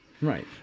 Right